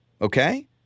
okay